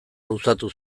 luzatu